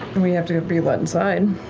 we have to be let inside.